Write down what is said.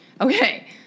okay